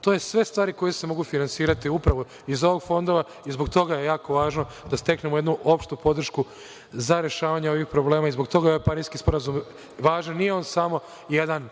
to su sve stvari koje se mogu finansirati, upravo iz ovog fonda i zbog toga je jako važno da steknemo jednu opštu podršku za rešavanje ovih problema i zbog toga je ovaj Pariski sporazum važan. Nije on samo jedan